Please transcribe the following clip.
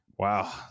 wow